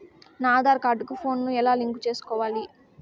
నా ఆధార్ కార్డు కు ఫోను ను ఎలా లింకు సేసుకోవాలి?